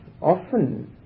often